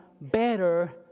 better